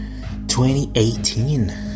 2018